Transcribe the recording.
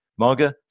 Marga